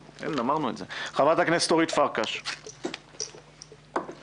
חברת הכנסת אורית פרקש, בבקשה.